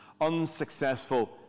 unsuccessful